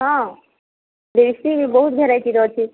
ହଁ ବହୁତ ଭେରାଇଟିର ଅଛେ